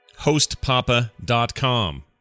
Hostpapa.com